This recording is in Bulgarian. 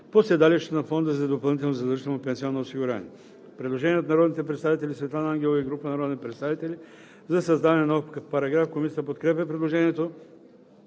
по седалището на фонда за допълнително задължително пенсионно осигуряване.“ Предложение от народния представител Светлана Ангелова и група народни представители за създаване на нов параграф. Комисията подкрепя предложението.